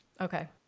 Okay